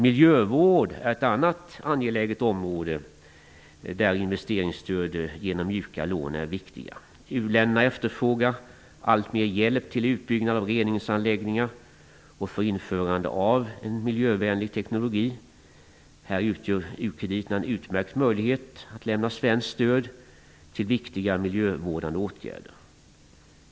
Miljövård är ett annat angeläget område där investeringsstöd genom mjuka lån är viktiga. U-länderna efterfrågar alltmer hjälp till utbyggnad av reningsanläggningar och för införande av en miljövänlig teknologi. Här utgör u-krediterna en utmärkt möjlighet att lämna svenskt stöd till viktiga miljövårdande åtgärder.